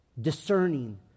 discerning